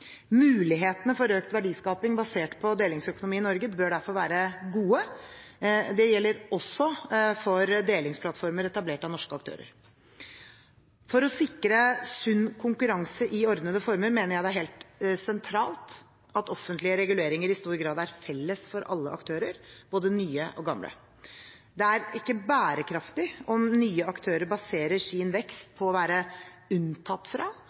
Mulighetene for økt verdiskaping basert på delingsøkonomi i Norge bør derfor være gode – det gjelder også for delingsplattformer etablert av norske aktører. For å sikre sunn konkurranse i ordnede former mener jeg det er helt sentralt at offentlige reguleringer i stor grad er felles for alle aktører, både nye og gamle. Det er ikke bærekraftig om nye aktører baserer sin